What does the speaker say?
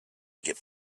get